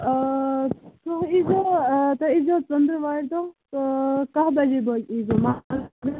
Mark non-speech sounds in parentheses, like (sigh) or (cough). آ تُہۍ ییٖزیٚو تُہۍ ییٖزیٚو ژٕندروارٕ دۄہ تہٕ کاہ بجے بٲگۍ یٖزیٚو (unintelligible)